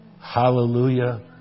Hallelujah